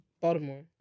Baltimore